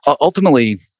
ultimately